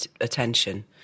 attention